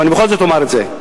אבל בכל זאת אומר את זה,